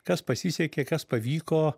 kas pasisekė kas pavyko